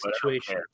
situation